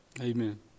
Amen